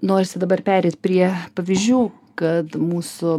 norisi dabar pereit prie pavyzdžių kad mūsų